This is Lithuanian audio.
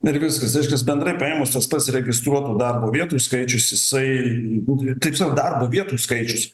ir viskas reiškias bendrai paėmus tas pats registruotų darbo vietų skaičius jisai tikslo darbo vietų skaičius